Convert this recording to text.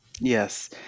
Yes